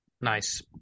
Nice